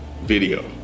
video